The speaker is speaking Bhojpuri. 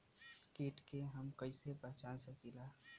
कीट के हम कईसे पहचान सकीला